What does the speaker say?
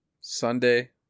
Sunday